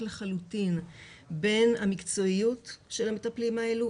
לחלוטין בין המקצועיות של המטפלים האלה,